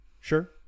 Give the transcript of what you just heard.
Sure